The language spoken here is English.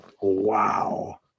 Wow